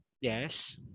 yes